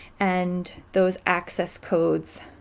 and those access codes